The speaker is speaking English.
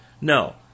No